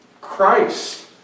Christ